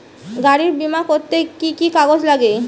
গাড়ীর বিমা করতে কি কি কাগজ লাগে?